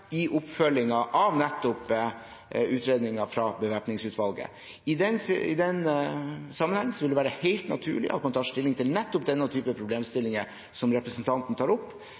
i oppfølgingen av nettopp utredningen fra Bevæpningsutvalget. I den sammenheng vil det være helt naturlig at man tar stilling til nettopp den typen problemstillinger som representanten Aasen-Svensrud tar opp.